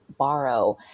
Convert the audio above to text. borrow